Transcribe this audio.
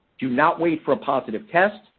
do not wait for a positive test,